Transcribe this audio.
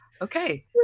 okay